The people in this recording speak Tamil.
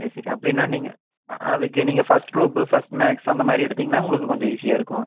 சரி சரி அப்படினா நீங்கள் அதற்கு நீங்கள் ஃபர்ஸ்ட் க்ரூப்பு ஃபர்ஸ்ட் மேக்ஸ் அந்தமாதிரி எடுத்திங்கன்னா உங்களுக்கு கொஞ்சம் ஈஸியாக இருக்கும்